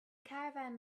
caravan